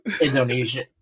Indonesia